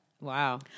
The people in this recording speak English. Wow